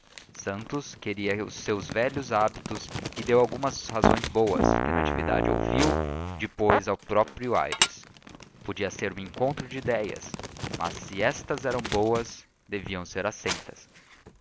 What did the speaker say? santos queria os seus velhos hábitos e deu algumas razões boas que natividade ouviu depois ao próprio aires podia ser um encontro de ideias mas se estas eram boas deviam ser aceitas